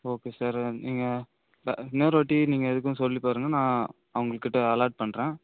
okay sir நீங்கள் இன்னொருவாட்டி நீங்கள் எதுக்கும் சொல்லிப்பாருங்க நான் அவங்கக்கிட்ட அலாட் பண்ணுறேன்